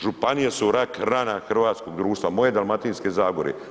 Županije su rak rana hrvatskog društva, moje Dalmatinske zagore.